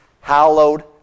hallowed